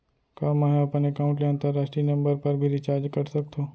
का मै ह अपन एकाउंट ले अंतरराष्ट्रीय नंबर पर भी रिचार्ज कर सकथो